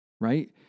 right